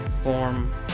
form